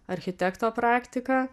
architekto praktika